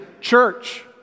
church